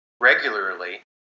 regularly